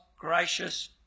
gracious